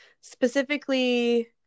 specifically